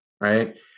right